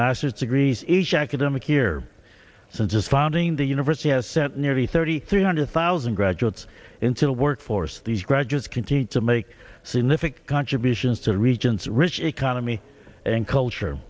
master's degrees each academic year since its founding the university has set nearly thirty three hundred thousand graduates into the workforce these graduates continue to make significant contributions to the region's rich economy and culture